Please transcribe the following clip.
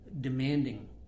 demanding